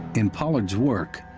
in pollard's work,